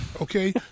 okay